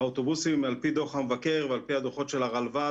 האוטובוסים על פי דוח המבקר ועל פי הדוחות של הרלב"ד,